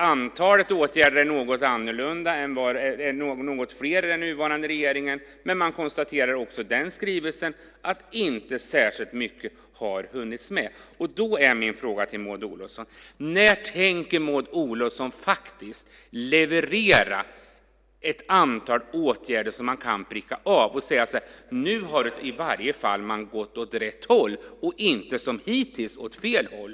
Antalet åtgärder är något fler i den nuvarande regeringens skrivelse, men man konstaterar också när det gäller den skrivelsen att inte särskilt mycket har hunnits med. Då är min fråga till Maud Olofsson: När tänker Maud Olofsson leverera ett antal åtgärder som man kan pricka av och se att nu har man gått åt rätt håll och inte som hittills åt fel håll?